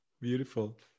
Beautiful